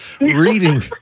reading